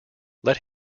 let